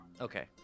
okay